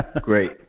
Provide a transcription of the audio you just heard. Great